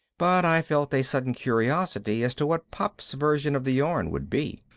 but i felt a sudden curiosity as to what pop's version of the yarn would be.